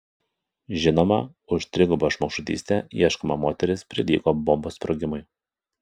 žinoma už trigubą žmogžudystę ieškoma moteris prilygo bombos sprogimui